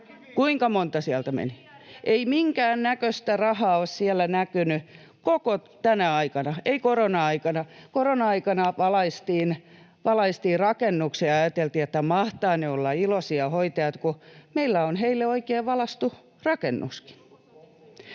Honkasalon välihuuto] Ei minkäännäköistä rahaa ole siellä näkynyt koko tänä aikana, korona-aikana. Korona-aikana valaistiin rakennuksia ja ajateltiin, että mahtavat hoitajat olla iloisia, kun meillä on heille oikein valaistu rakennuskin.